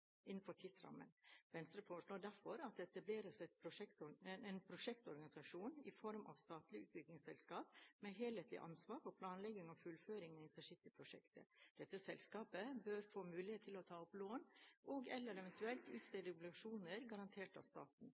tidsrammen. Venstre foreslår derfor at det etableres en prosjektorganisasjon i form av et statlig utbyggingsselskap med helhetlig ansvar for planlegging og fullføring av intercityprosjektet. Dette selskapet bør få mulighet til å ta opp lån og/eller eventuelt utstede obligasjoner garantert av staten.